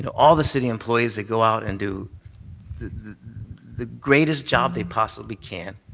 and all the city employees that go out and do the the greatest job they possibly can,